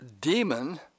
demon